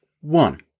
One